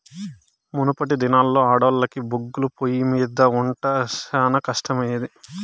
మునపటి దినాల్లో ఆడోల్లకి బొగ్గుల పొయ్యిమింద ఒంట శానా కట్టమయ్యేది